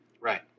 right